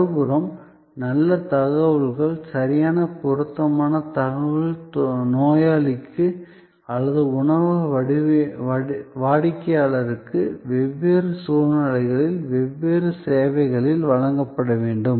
மறுபுறம் நல்ல தகவல் சரியான பொருத்தமான தகவல் நோயாளிக்கு அல்லது உணவக வாடிக்கையாளருக்கு வெவ்வேறு சூழ்நிலைகளில் வெவ்வேறு சேவைகளில் வழங்கப்பட வேண்டும்